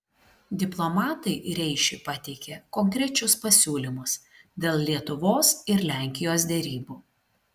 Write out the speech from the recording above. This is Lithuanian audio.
diplomatai reišiui pateikė konkrečius pasiūlymus dėl lietuvos ir lenkijos derybų